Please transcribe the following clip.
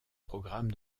programme